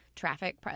Traffic